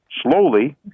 slowly